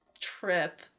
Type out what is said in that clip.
trip